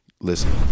Listen